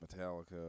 metallica